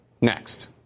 Next